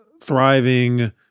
thriving